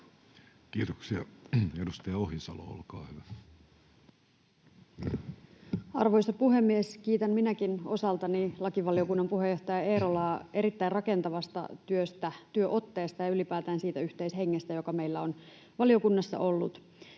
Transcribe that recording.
hallinnonala Time: 15:47 Content: Arvoisa puhemies! Kiitän minäkin osaltani lakivaliokunnan puheenjohtaja Eerolaa erittäin rakentavasta työstä, työotteesta ja ylipäätään siitä yhteishengestä, joka meillä on valiokunnassa ollut.